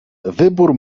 wybór